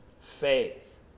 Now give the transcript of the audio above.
faith